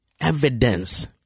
Evidence